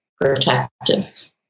protective